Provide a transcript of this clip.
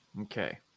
Okay